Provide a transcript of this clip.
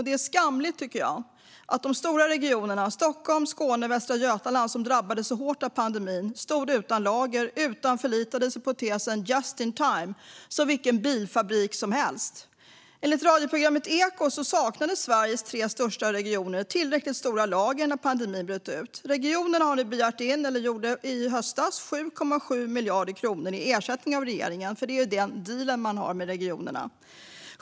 Det är skamligt att de stora regionerna Stockholm, Skåne och Västra Götaland som drabbades så hårt av pandemin stod utan lager och förlitade sig på tesen just-in-time som vilken bilfabrik som helst. Enligt Ekot saknade Sveriges tre största regioner tillräckligt stora lager när pandemin bröt ut. Regionerna begärde i höstas 7,7 miljarder kronor i ersättning av regeringen, för det är ju den dealen man har med regionerna.